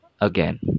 again